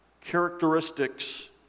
characteristics